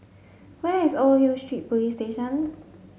where is Old Hill Street Police Station